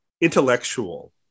intellectual